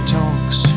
talks